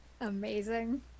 Amazing